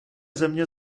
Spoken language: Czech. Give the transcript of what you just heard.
země